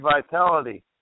Vitality